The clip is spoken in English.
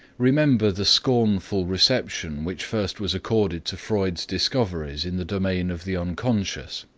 remember the scornful reception which first was accorded to freud's discoveries in the domain of the unconscious.